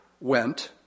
went